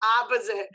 opposite